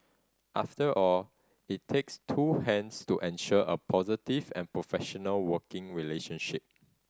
after all it takes two hands to ensure a positive and professional working relationship